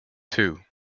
two